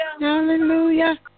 hallelujah